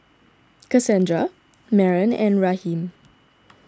Cassandra Maren and Raheem